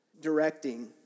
directing